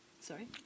Sorry